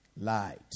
light